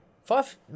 Five